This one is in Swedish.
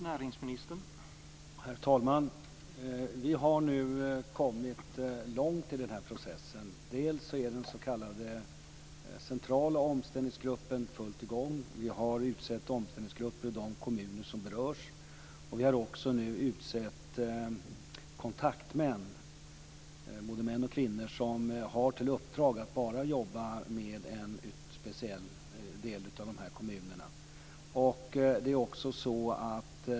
Herr talman! Vi har nu kommit långt i den här processen. Den s.k. centrala omställningsgruppen är i full gång. Vi har utsett omställningsgrupper i de kommuner som berörs. Vi har också utsett kontaktmän, både män och kvinnor, som har i uppdrag att bara jobba med en speciell del av de här kommunerna.